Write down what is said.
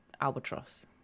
albatross